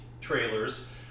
trailers